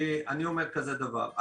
אני אומר כזה דבר,